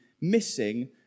missing